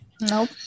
Nope